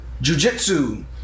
jujitsu